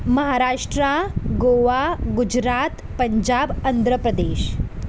Maharashtra Goa Gujarat Punjab Andhra Pradesh